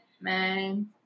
Man